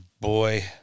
Boy